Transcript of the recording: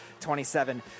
27